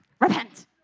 repent